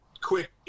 quick